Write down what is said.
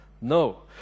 No